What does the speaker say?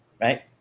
right